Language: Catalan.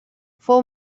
fou